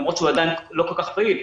למרות שהוא עדיין לא כל כך פעיל,